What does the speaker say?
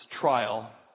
trial